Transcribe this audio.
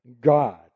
God